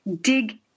dig